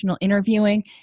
interviewing